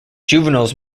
juveniles